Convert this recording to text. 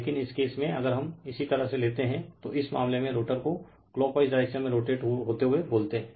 लेकिन इस केस में अगर हम इसी तरह से लेते हैं तो इस मामले में रोटर को क्लॉकवाइज डायरेक्शन में रोटेट होते हुए बोलते है